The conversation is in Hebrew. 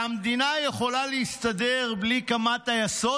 שהמדינה יכולה להסתדר בלי כמה טייסות